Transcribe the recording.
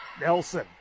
Nelson